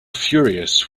furious